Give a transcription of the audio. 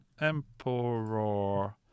Emperor